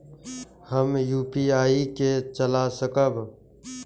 हम यू.पी.आई के चला सकब?